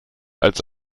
als